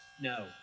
no